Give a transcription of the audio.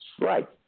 Right